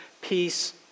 peace